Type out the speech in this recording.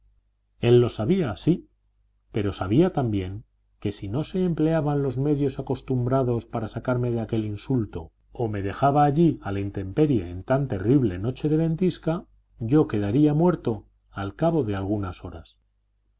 él lo sabía sí pero sabía también que si no se empleaban los medios acostumbrados para sacarme de aquel insulto o me dejaba allí a la intemperie en tan terrible noche de ventisca yo quedaría muerto al cabo de algunas horas